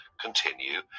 continue